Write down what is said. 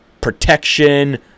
protection